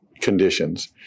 conditions